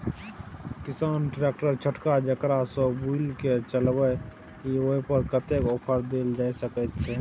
किसान ट्रैक्टर छोटका जेकरा सौ बुईल के चलबे इ ओय पर कतेक ऑफर दैल जा सकेत छै?